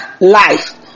life